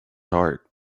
heart